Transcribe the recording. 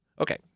Okay